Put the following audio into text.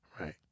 Right